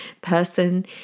person